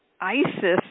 isis